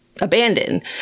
abandoned